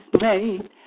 made